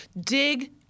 Dig